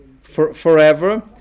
forever